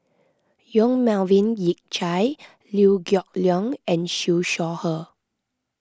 Yong Melvin Yik Chye Liew Geok Leong and Siew Shaw Her